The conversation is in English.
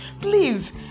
please